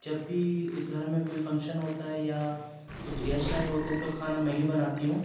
جب بھی گھر میں کوئی فنکشن ہوتا ہے یا کچھ گیسٹ آئے ہوتے تو کھانا میں ہی بناتی ہوں